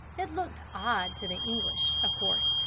it looked odd to the english, of course,